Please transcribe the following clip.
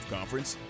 Conference